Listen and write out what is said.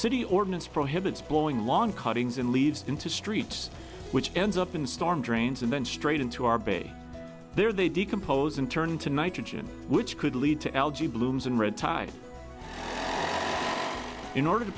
city ordinance prohibits blowing long cuttings and leaves into streets which ends up in storm drains and then straight into our bay there they decompose and turn into nitrogen which could lead to algae blooms and red tide in order to